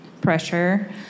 pressure